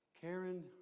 Karen